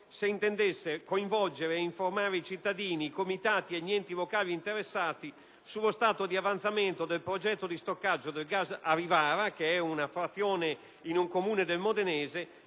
se intendesse coinvolgere e informare i cittadini, i comitati e gli enti locali interessati sullo stato di avanzamento del progetto di stoccaggio del gas a Rivara di San Felice, un Comune del modenese,